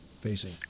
facing